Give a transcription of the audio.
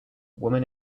woman